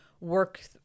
work